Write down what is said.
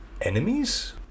enemies